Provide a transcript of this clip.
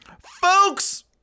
Folks